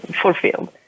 fulfilled